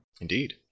Indeed